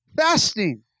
fasting